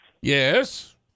Yes